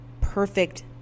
perfect